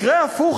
מקרה הפוך,